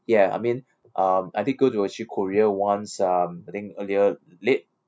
ya I mean um I did go actually to korea once um I think earlier late